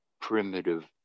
primitive